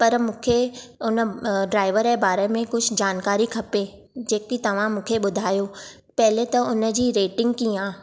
पर मूंखे उन ड्राइवर जे बारे में कुझु जानकारी खपे जेकी तव्हां मूंखे बु॒धायो पहिरीं त उन जी रेटिंग कीअं आहे